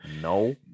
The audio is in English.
no